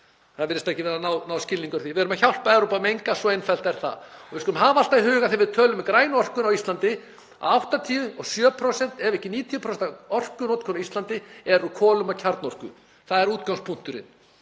Það virðist ekki vera nægur skilningur á því. Við erum að hjálpa Evrópu að menga, svo einfalt er það. Við skulum hafa alltaf í huga þegar við tölum um grænu orkuna á Íslandi að 87%, ef ekki 90%, af orkunotkun á Íslandi kemur úr kolum og kjarnorku. Það er útgangspunkturinn